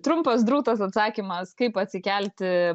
trumpas drūtas atsakymas kaip atsikelti